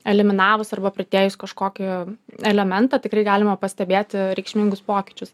eliminavus arba pridėjus kažkokį elementą tikrai galima pastebėti reikšmingus pokyčius